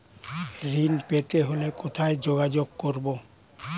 ঋণ পেতে হলে কোথায় যোগাযোগ করব?